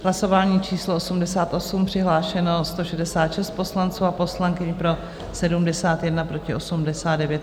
V hlasování číslo 88 přihlášeno 166 poslanců a poslankyň, pro 71, proti 89.